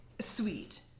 sweet